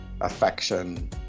affection